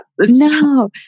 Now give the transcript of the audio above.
No